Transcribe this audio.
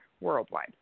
worldwide